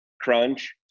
crunch